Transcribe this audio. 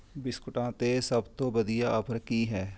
ਬਿਸਕੁਟਾਂ 'ਤੇ ਸਭ ਤੋਂ ਵਧੀਆ ਆਫ਼ਰ ਕੀ ਹੈ